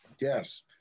Yes